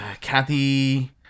Kathy